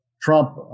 Trump